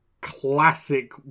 classic